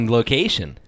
location